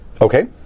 Okay